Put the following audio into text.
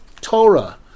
Torah